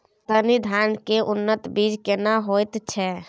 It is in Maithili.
कतरनी धान के उन्नत बीज केना होयत छै?